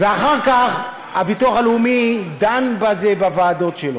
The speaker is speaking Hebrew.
ואחר כך הביטוח הלאומי דן בזה בוועדות שלו.